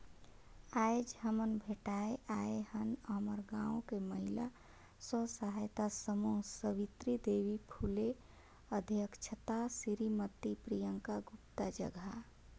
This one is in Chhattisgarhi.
आयज हमन भेटाय आय हन हमर गांव के महिला स्व सहायता समूह सवित्री देवी फूले अध्यक्छता सिरीमती प्रियंका गुप्ता जघा